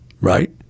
Right